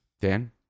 Dan